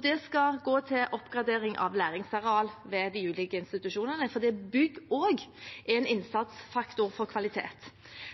Det skal gå til oppgradering av læringsarealer ved de ulike institusjonene – for også bygg er en innsatsfaktor for kvalitet.